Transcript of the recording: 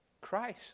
Christ